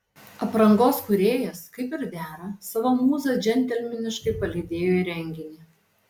aprangos kūrėjas kaip ir dera savo mūzą džentelmeniškai palydėjo į renginį